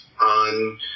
on